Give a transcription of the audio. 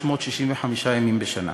365 ימים בשנה.